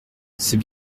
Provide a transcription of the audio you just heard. c’est